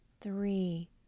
three